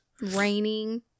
Raining